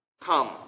come